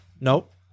Nope